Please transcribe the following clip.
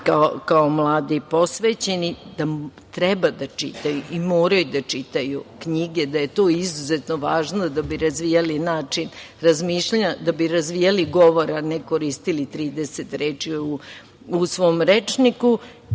kao mladi posvećeni, da treba da čitaju i moraju da čitaju knjige. To je izuzetno važno da bi to razvijali način razmišljanja, da bi razvijali govor, a ne koristili 30 reči u svom rečniku